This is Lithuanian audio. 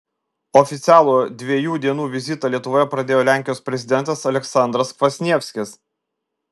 oficialų dviejų dienų vizitą lietuvoje pradėjo lenkijos prezidentas aleksandras kvasnievskis